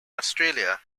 australia